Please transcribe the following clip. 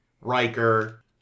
Riker